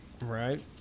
right